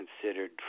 considered